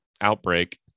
outbreak